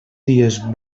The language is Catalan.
dies